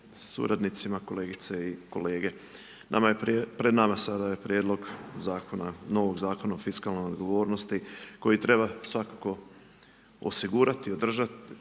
suradnicima, kolegice i kolege. Pred nama je prijedlog novog Zakona o fiskalnoj odgovornosti, koji treba svakako osigurati održati